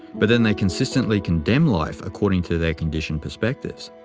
but then they consistently condemn life according to their conditioned perspectives.